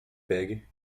pegue